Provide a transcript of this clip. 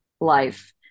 life